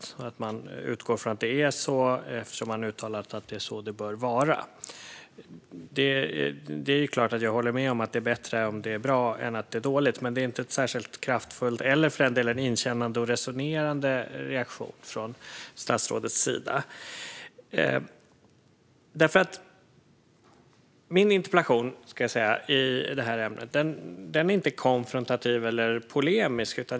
Man utgår från att det är så, eftersom man uttalat att det är så det bör vara. Det är klart att jag håller med om att det är bättre om det är bra än om det är dåligt. Men det är inte en särskilt kraftfull eller för den delen inkännande och resonerande reaktion från statsrådets sida. Min interpellation i det här ämnet är inte konfrontativ eller polemisk.